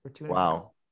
Wow